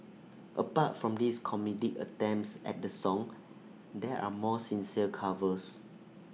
apart from these comedic attempts at the song there are more sincere covers